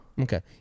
okay